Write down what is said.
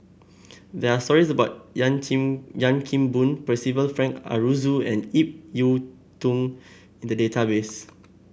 there are stories about Chan Kim Boon Percival Frank Aroozoo and Ip Yiu Tung in the database